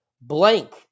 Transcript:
Blank